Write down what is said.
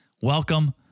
Welcome